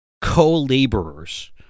co-laborers